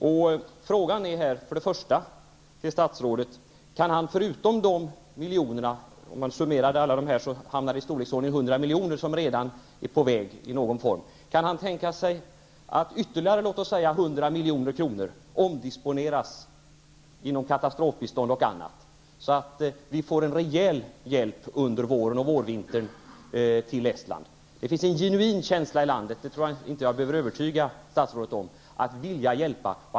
Den första frågan till statsrådet är om han förutom dessa miljoner--om man summerar handlar det om i storleksordningen 100 miljoner--som redan är på väg i någon form, kan tänka sig att låta ytterligare 100 miljoner kronor omdisponeras inom katastrofbiståndet och annat så att man får en rejäl hjälp till Estland under vårvintern och våren. Det finns en genuin vilja att hjälpa i landet. Det tror jag inte att jag behöver övertyga statsrådet om.